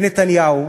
ונתניהו